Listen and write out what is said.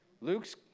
Luke's